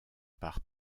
par